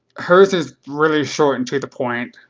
her's is really short and to the point.